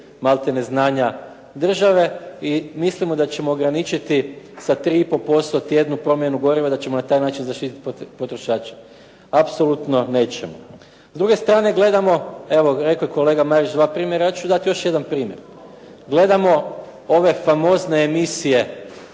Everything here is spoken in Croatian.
malte ne, znanja države i mislimo da ćemo ograničiti sa 3,5% tjednu promjenu goriva, da ćemo na taj način zaštititi potrošače. Apsolutno nećemo. S druge strane gledamo, evo rekao je kolega Marić dva primjer, ja ću dati još jedan primjer, gledamo ove famozne emisije